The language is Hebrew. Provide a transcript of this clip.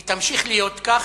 היא תמשיך להיות כך,